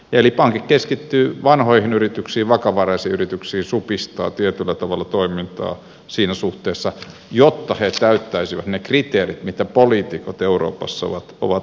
eli pankit keskittyvät vanhoihin yrityksiin vakavaraisiin yrityksiin supistavat tietyllä tavalla toimintaa siinä suhteessa jotta he täyttäisivät ne kriteerit mitkä poliitikot euroopassa ovat asettaneet